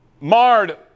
marred